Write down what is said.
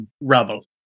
rubble